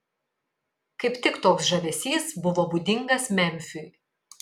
kaip tik toks žavesys buvo būdingas memfiui